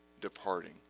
departing